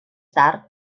tard